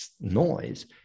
noise